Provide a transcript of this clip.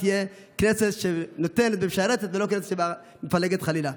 תהיה כנסת שנותנת ומשרתת ולא כנסת שמפלגת חלילה.